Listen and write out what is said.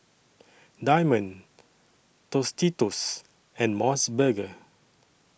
Diamond Tostitos and Mos Burger